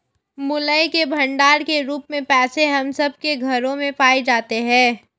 मूल्य के भंडार के रूप में पैसे हम सब के घरों में पाए जाते हैं